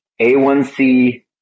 A1C